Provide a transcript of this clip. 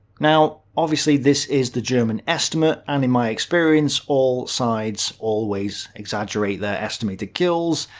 now obviously, this is the german estimate. and in my experience, all sides always exaggerate their estimated kills,